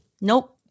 Nope